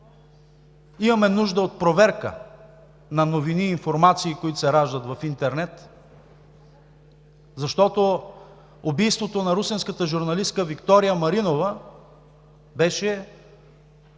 Имаме нужда от проверка на новини и информации, които се раждат в интернет. Убийството на русенската журналистка Виктория Маринова беше брутален